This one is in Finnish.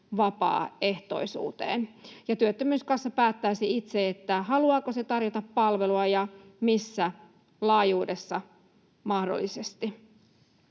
vapaaehtoisuuteen, ja työttömyyskassa päättäisi itse, haluaako se tarjota palvelua ja missä laajuudessa mahdollisesti.